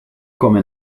come